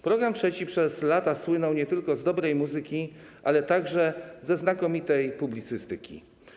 Program 3 przez lata słynął nie tylko z dobrej muzyki, ale także ze znakomitej publicystyki.